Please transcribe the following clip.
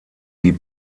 die